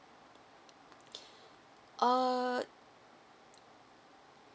err